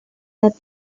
that